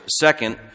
Second